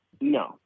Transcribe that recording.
No